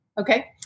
Okay